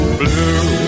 blue